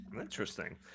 Interesting